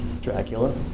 Dracula